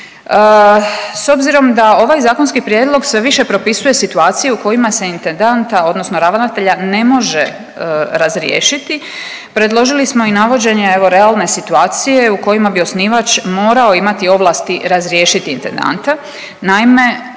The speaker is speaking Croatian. S obzirom da ovaj zakonski prijedlog sve više propisuje situaciju kojima se intendanta odnosno ravnatelja ne može razriješiti predložili smo i navođenje realne situacije u kojima bi osnivač morao imati ovlasti razriješiti intendanta.